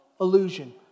illusion